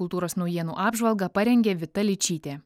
kultūros naujienų apžvalgą parengė vita ličytė